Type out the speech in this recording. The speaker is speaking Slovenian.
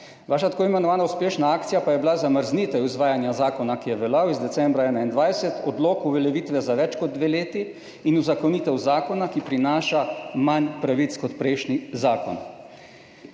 Vaša tako imenovana uspešna akcija pa je bila zamrznitev izvajanja zakona, ki je veljal iz decembra 2021, odlok uveljavitve za več kot dve leti in uzakonitev zakona, ki prinaša manj pravic kot prejšnji zakon.